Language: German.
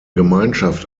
gemeinschaft